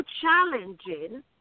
challenging